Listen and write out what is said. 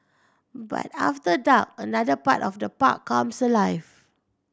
but after dark another part of the park comes alive